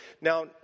Now